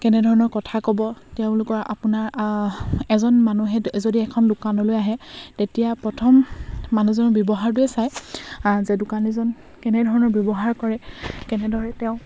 কেনেধৰণৰ কথা ক'ব তেওঁলোকৰ আপোনাৰ এজন মানুহে যদি এখন দোকানলৈ আহে তেতিয়া প্ৰথম মানুহজনৰ ব্যৱহাৰটোৱে চায় যে দোকানীজন কেনেধৰণৰ ব্যৱহাৰ কৰে কেনেদৰে তেওঁ